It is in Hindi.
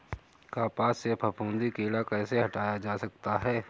कपास से फफूंदी कीड़ा कैसे हटाया जा सकता है?